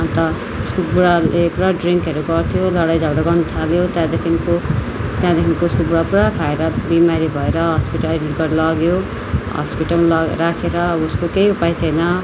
अन्त उसको बुढाले पुरा ड्रिङ्कहरू गर्थ्यो लडाइँ झगडा गर्न थाल्यो त्यहाँदेखिको त्यहाँदेखिको उसको बुढा पुरा खाएर बिमारी भएर हस्पिटल लग्यो हस्पिटलमा लगेर राखेर उसको केही उपाय थिएन